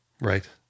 Right